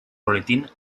boletín